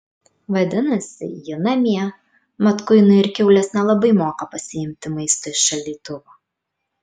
vadinasi ji namie mat kuinai ir kiaulės nelabai moka pasiimti maisto iš šaldytuvo